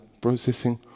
processing